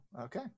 okay